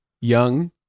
young